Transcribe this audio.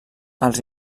els